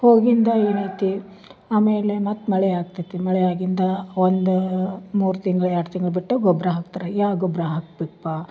ಹೋಗಿಂದ ಏನೈತಿ ಆಮೇಲೆ ಮತ್ತು ಮಳೆ ಆಗ್ತೈತಿ ಮಳೆಯಾಗಿಂದ ಒಂದು ಮೂರು ತಿಂಗಳು ಎರಡು ತಿಂಗಳು ಬಿಟ್ಟು ಗೊಬ್ಬರ ಹಾಕ್ತಾರೆ ಯಾವ ಗೊಬ್ಬರ ಹಾಕ್ಬೇಕ್ಪಾ